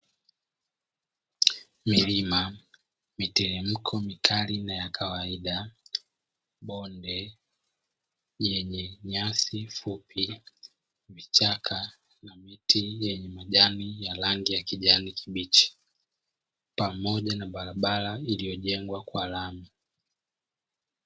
Milima, miteremko mikali na ya kawaida, bonde lenye nyasi fupi, vichaka vyenye miti yenye majani ya rangi ya kijani kibichi pamoja na barabara iliyojengwa kwa lami.